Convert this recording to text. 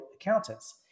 accountants